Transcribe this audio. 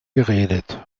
geredet